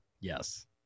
Yes